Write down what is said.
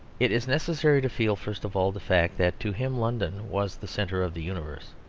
it is necessary to feel, first of all, the fact that to him london was the centre of the universe.